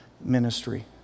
ministry